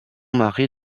mari